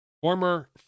former